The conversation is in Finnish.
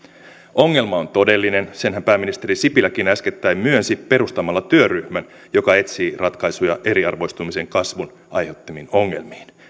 ongelma on todellinen senhän pääministeri sipiläkin äskettäin myönsi perustamalla työryhmän joka etsii ratkaisuja eriarvoistumisen kasvun aiheuttamiin ongelmiin